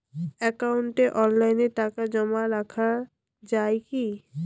একাউন্টে অনলাইনে টাকা জমা রাখা য়ায় কি?